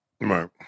Right